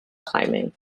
climbing